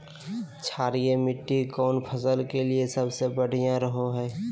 क्षारीय मिट्टी कौन फसल के लिए सबसे बढ़िया रहो हय?